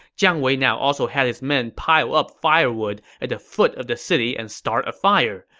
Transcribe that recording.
jiang wei now also had his men pile up firewood at the foot of the city and start a fire.